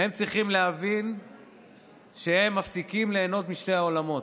הם צריכים להבין שהם מפסיקים ליהנות משני העולמות.